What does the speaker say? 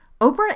Oprah